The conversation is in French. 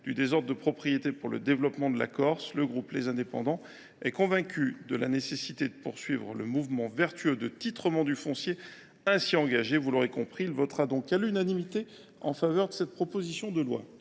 du désordre de propriété pour le développement de la Corse, le groupe Les Indépendants est convaincu de la nécessité de poursuivre le mouvement vertueux de titrement du foncier ainsi engagé ; il votera donc à l’unanimité en faveur de cette proposition de loi.